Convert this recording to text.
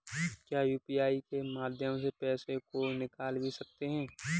क्या यू.पी.आई के माध्यम से पैसे को निकाल भी सकते हैं?